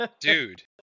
Dude